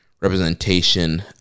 Representation